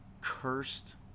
cursed